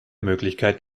möglichkeit